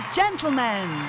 gentlemen